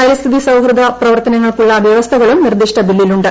പരിസ്ഥിതി സൌഹൃദ പ്രവർത്തനങ്ങൾക്കുള്ള വൃവസ്ഥകളും നിർദ്ദിഷ്ട ബില്ലിലുണ്ട്